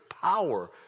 power